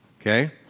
okay